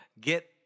get